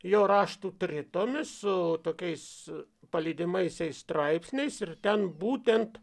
jo raštų tritomis su tokiais pa lydimaisiais straipsniais ir ten būtent